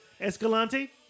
Escalante